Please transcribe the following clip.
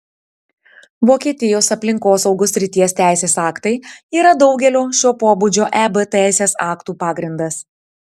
vokietijos aplinkosaugos srities teisės aktai yra daugelio šio pobūdžio eb teisės aktų pagrindas